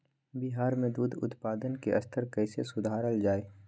बिहार में दूध उत्पादन के स्तर कइसे सुधारल जाय